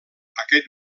aquest